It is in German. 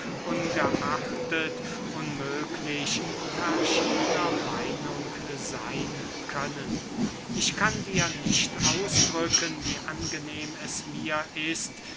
ungeachtet unmöglich verschiedener meinung seyn können ich kann dir nicht ausdrücken wie angenehm es mir ist